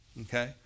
Okay